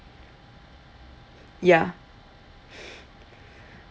yeah